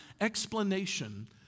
explanation